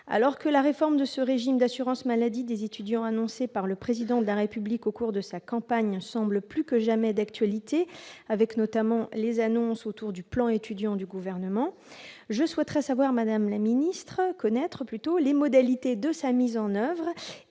Alors que la réforme de ce régime d'assurance maladie des étudiants annoncée par le Président de la République au cours de sa campagne semble plus que jamais d'actualité, notamment à la suite des annonces relatives au plan Étudiants du Gouvernement, je souhaiterais connaître, madame la secrétaire d'État, les modalités de sa mise en oeuvre